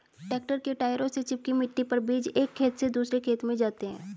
tractor के टायरों से चिपकी मिट्टी पर बीज एक खेत से दूसरे खेत में जाते है